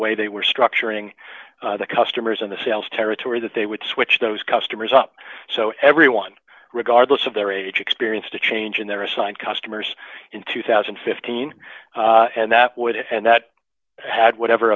way they were structuring the customers in the sales territory that they would switch those customers up so everyone regardless of their age experienced a change in their assigned customers in two thousand and fifteen and that would and that had whatever